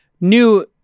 new